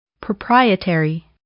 Proprietary